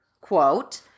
quote